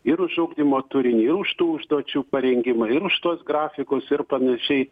ir už ugdymo turinį už tų užduočių parengimą ir už tuos grafikus ir panašiai